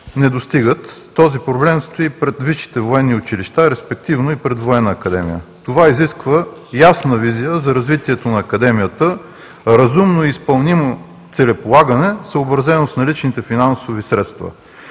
не достигат. Този проблем стои пред висшите военни училища, респективно и пред Военна академия. Това изисква ясна визия за развитието на Академията, разумно и изпълнимо целеполагане, съобразено с наличните финансови средства.